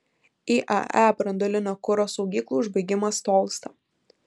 iae branduolinio kuro saugyklų užbaigimas tolsta